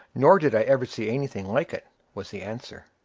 nor did i ever see anything like it, was the answer.